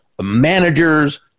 managers